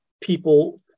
people